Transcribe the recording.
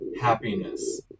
happiness